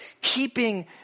keeping